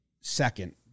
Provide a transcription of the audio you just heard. second